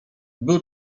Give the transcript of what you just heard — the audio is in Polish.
był